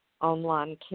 online